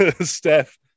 Steph